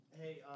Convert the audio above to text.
Hey